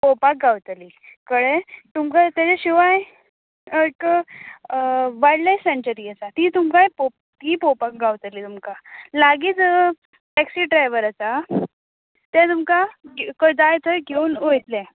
पळोवपाक गावतली कळ्ळें तुमकां तेचे शिवाय एक वाय्लड लाय्फ सॅन्चुरी आसा ती तुमकां पो तीय पळोवपाक गावतली तुमकां लागींच टॅक्सी ड्रायवर आसा ते तुमकां खंय जाय थंय घेवून वयतले